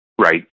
right